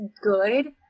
good